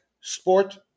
Sport